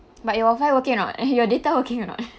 but your wifi working or not your data working or not